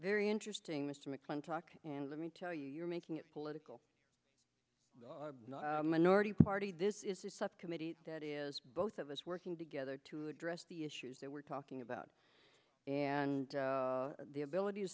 very interesting mr mcmahon talk and let me tell you you're making it political minority party this is a subcommittee that is both of us working together to address the issues that we're talking about and the ability to